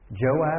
Joab